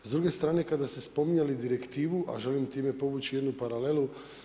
S druge strane kada ste spominjali direktivi, a želim time povući jednu paralelu.